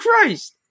christ